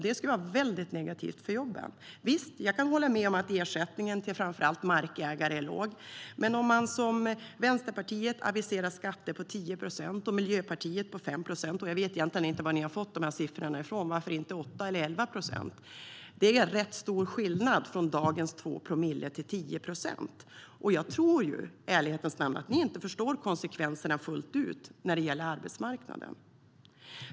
Det skulle vara negativt för jobben.I ärlighetens namn tror jag inte att ni förstår konsekvenserna fullt ut när det gäller arbetsmarknaden.